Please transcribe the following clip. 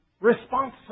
responsibility